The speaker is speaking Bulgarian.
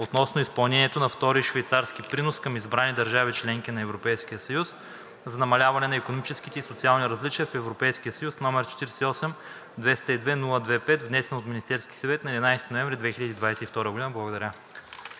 относно изпълнението на Втория швейцарски принос към избрани държави – членки на Европейския съюз, за намаляване на икономическите и социалните различия в Европейския съюз, № 48 202-02-5, внесен от Министерския съвет на 11 ноември 2022 г.“ Благодаря.